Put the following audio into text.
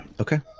Okay